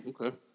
Okay